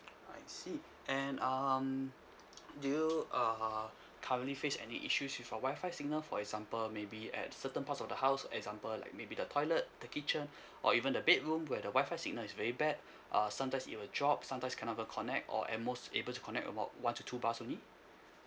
I see and um do you uh currently face any issues with your wi-fi signal for example maybe at certain parts of the house example like maybe the toilet the kitchen or even the bedroom where the wi-fi signal is very bad uh sometimes it will drop sometimes cannot even connect or at most able to connect about one to two bars only